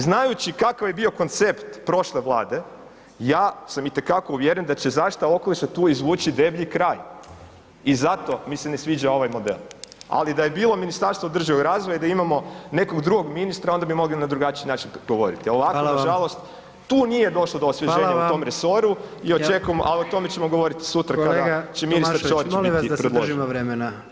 Znajući kakav je bio koncept prošle vlade, ja sam itekako uvjeren da će zaštita okoliša tu izvući deblji kraj i zato mi se ne sviđa ovaj model, ali da je bilo Ministarstvo održivog razvoja i da imamo nekog drugog ministra onda bi mogli na drugačiji način govoriti [[Upadica: Hvala vam]] a ovako nažalost, tu nije došlo do osvježenja [[Upadica: Hvala vam]] u tom resoru i očekujem, a o tome ćemo govoriti sutra kada će ministar Ćorić biti predložen.